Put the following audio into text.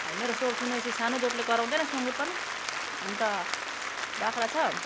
अब मेरो स्वर सुनेपछि सानो जोडले कराउँदैन सुँगुर पनि अन्त बाख्रा छ